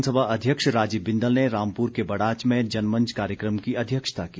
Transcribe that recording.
विधानसभा अध्यक्ष राजीव बिंदल ने रामपुर के बड़ाच में जनमंच कार्यक्रम की अध्यक्षता की